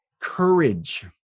Courage